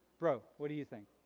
bro, what do you think?